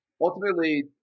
ultimately